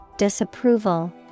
Disapproval